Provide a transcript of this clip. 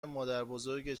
مادربزرگت